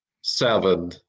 seven